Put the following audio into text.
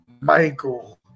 Michael